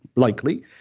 likely,